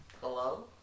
Hello